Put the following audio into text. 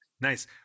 nice